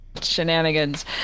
shenanigans